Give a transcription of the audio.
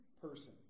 person